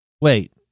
wait